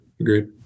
Agreed